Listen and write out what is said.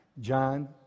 John